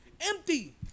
Empty